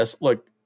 Look